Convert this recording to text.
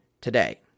today